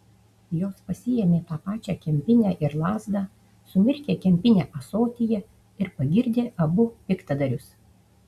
jos pasiėmė tą pačią kempinę ir lazdą sumirkė kempinę ąsotyje ir pagirdė abu piktadarius